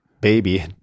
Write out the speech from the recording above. baby